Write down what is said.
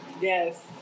Yes